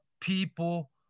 people